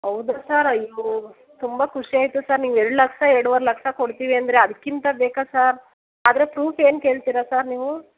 ಹೌದಾ ಸರ್ ಅಯ್ಯೋ ತುಂಬ ಖುಷಿ ಆಯಿತು ಸರ್ ನೀವು ಎರಡು ಲಕ್ಷ ಎರಡೂವರೆ ಲಕ್ಷ ಕೊಡ್ತೀವಿ ಅಂದರೆ ಅದಕ್ಕಿಂತ ಬೇಕಾ ಸರ್ ಆದರೆ ಪ್ರೂಫ್ ಏನು ಕೇಳ್ತೀರಾ ಸರ್ ನೀವು